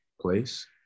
place